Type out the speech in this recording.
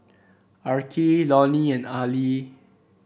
Arkie Lonny and Ali